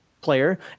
player